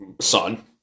son